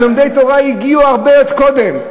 לומדי התורה הגיעו הרבה קודם.